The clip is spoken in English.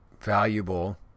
valuable